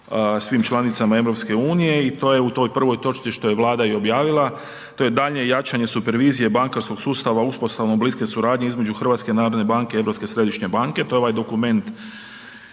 svim članicama EU i to je u toj prvoj točci što je Vlada i objavila, to je daljnje jačanje supervizije bankarskog sustava uspostavom bliske suradnje između HNB-a i Europske središnje banke, to je ovaj dokument